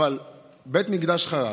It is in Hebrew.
אבל בית המקדש חרב.